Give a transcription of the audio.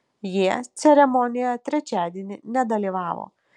jie ceremonijoje trečiadienį nedalyvavo